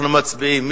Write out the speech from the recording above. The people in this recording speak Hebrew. אנחנו מצביעים.